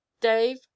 Dave